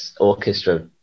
orchestra